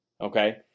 okay